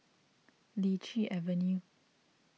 Lichi Avenue